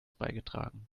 beigetragen